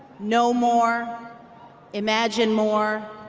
know more imagine more,